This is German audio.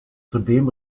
zudem